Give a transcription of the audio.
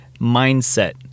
mindset